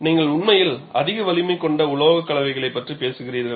நீங்கள் உண்மையில் அதிக வலிமை கொண்ட உலோகக் கலவைகளைப் பற்றி பேசுகிறீர்கள்